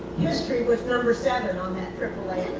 history was number seven on that aaa